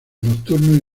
nocturnos